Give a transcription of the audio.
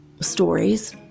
stories